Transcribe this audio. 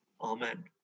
Amen